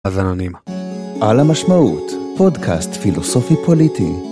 אבנונים. על המשמעות פודקאסט פילוסופי פוליטי.